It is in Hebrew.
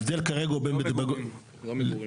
לא מגורים, לא מגורים.